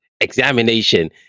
examination